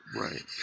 Right